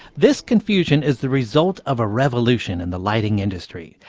this confusion is the result of a revolution in the lighting industry.